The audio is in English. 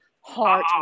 heart